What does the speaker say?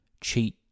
cheat